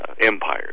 empires